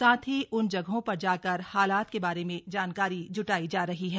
साथ ही उन जगहों पर जाकर हालात के बारे में जानकारी ज्टाई जा रही है